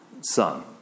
son